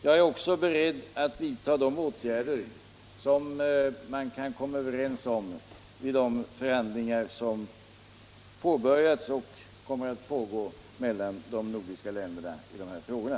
Jag är också beredd att vidta de åtgärder man kan komma överens om vid de förhandlingar som påbörjats och kommer att pågå mellan de nordiska länderna i de här frågorna.